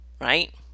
Right